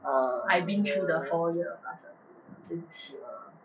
uh ya ya 接地气 lah